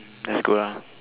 that's good lah